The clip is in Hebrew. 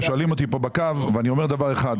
שואלים אותי בקו ואני אומר דבר אחד.